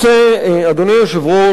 אדוני היושב-ראש,